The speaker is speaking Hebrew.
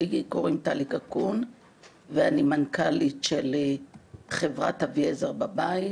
לי קוראים טלי קקון ואני מנכ"לית של חברת "אביעזר בבית",